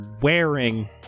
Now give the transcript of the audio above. wearing